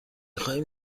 خواهیم